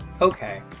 Okay